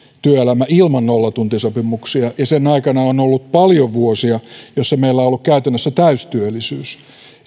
työelämä ilman nollatuntisopimuksia ja sen aikana on ollut paljon vuosia jolloin meillä on ollut käytännössä täystyöllisyys